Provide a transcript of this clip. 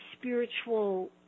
spiritual